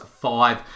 Five